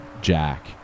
Jack